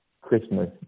Christmas